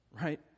right